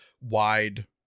wide